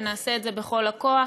ונעשה את זה בכל הכוח.